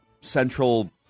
central